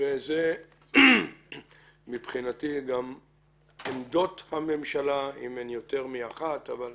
כדי